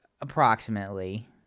approximately